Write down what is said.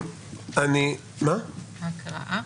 הקראה?